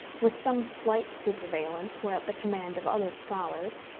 with some slight superveillance, were at the command of other scholars,